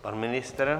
Pan ministr?